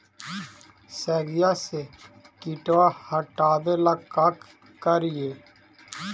सगिया से किटवा हाटाबेला का कारिये?